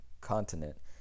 continent